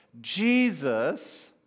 Jesus